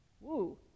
Woo